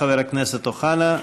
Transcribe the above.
חבר הכנסת אוחנה,